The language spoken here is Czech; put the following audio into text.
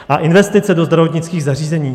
A investice do zdravotnických zařízení.